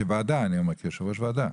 כוועדה אני אומר, כיושב ראש וועדה.